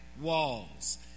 walls